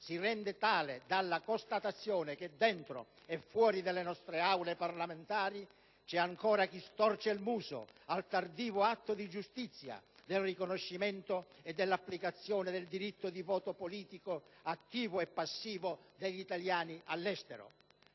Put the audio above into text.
si rende tale dalla constatazione che dentro e fuori dalle nostra aule parlamentari c'è ancora chi storce il naso al tardivo atto di giustizia del riconoscimento e dell'applicazione del diritto di voto politico attivo e passivo degli italiani all'estero.